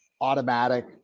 automatic